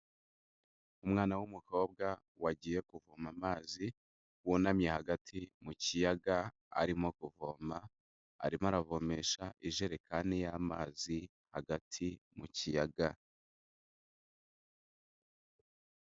Umwana w'umukobwa wagiye kuvoma amazi, wunamye hagati mu kiyaga, arimo kuvoma arimo aravomesha ijerekani y'amazi hagati mu kiyaga.